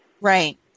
Right